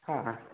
ಹಾಂ ಹಾಂ